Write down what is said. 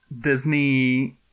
Disney